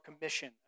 commission